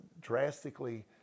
drastically